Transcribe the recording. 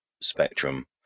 spectrum